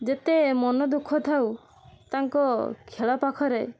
ଯେତେ ମନ ଦୁଃଖ ଥାଉ ତାଙ୍କ ଖେଳ ପାଖରେ